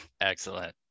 Excellent